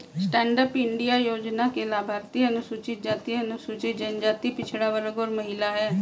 stand up India योजना के लाभार्थी अनुसूचित जाति, अनुसूचित जनजाति, पिछड़ा वर्ग और महिला है